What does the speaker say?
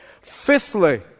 Fifthly